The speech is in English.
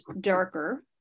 darker